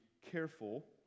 careful